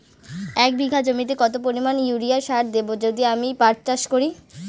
এক বিঘা জমিতে কত পরিমান ইউরিয়া সার দেব যদি আমি পাট চাষ করি?